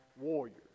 warriors